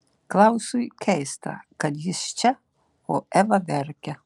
klausui keista kad jis čia o eva verkia